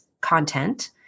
content